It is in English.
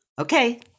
Okay